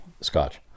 scotch